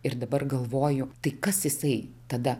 ir dabar galvoju tai kas jisai tada